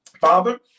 Father